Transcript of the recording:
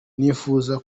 nifuza